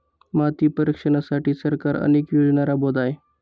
माती परीक्षणासाठी सरकार अनेक योजना राबवत आहे